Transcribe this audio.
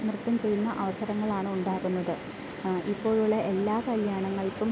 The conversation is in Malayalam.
നൃത്തം ചെയ്യുന്ന അവസരങ്ങളാണ് ഉണ്ടാകുന്നത് ഇപ്പോഴുള്ള എല്ലാ കല്ല്യാണങ്ങൾക്കും